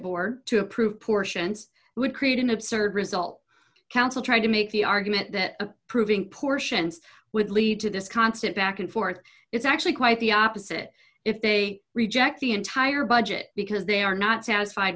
board to approve portions would create an absurd result counsel trying to make the argument that proving portions would lead to this constant back and forth it's actually quite the opposite if they reject the entire budget because they are not satisfied